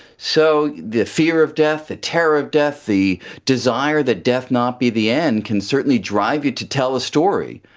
so the fear of death, the terror of death, the desire that death not be the end can certainly drive you to tell a story,